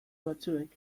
batzuek